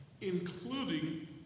including